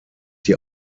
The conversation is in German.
die